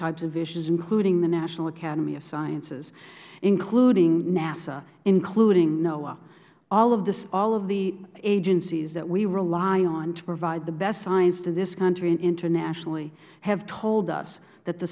types of issues including the national academy of sciences including nasa including noaa all of the agencies that we rely on to provide the best science to this country and internationally have told us that the